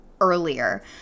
earlier